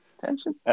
Tension